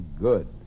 good